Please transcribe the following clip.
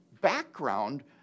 background